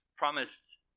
Promised